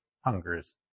hungers